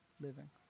living